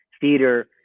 theater